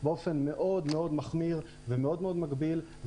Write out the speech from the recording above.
באופן מאוד מאוד מחמיר ומאוד מאוד מגביל.